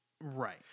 right